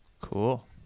Cool